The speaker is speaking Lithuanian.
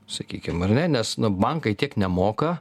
sakykim ar ne nes bankai tiek nemoka